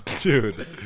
Dude